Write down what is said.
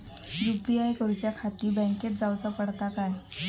UPI करूच्याखाती बँकेत जाऊचा पडता काय?